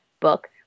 book